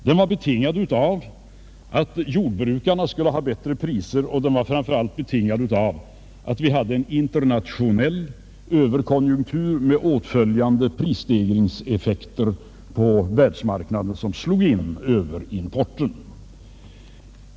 Den var vidare betingad av att jordbrukarna skulle få högre priser och framför allt av att det förelåg en internationell överkonjunktur med åtföljande prisstegringseffekter på världsmarknaden, som påverkade importen.